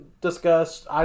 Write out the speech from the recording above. discussed